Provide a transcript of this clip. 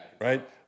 right